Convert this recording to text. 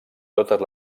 totes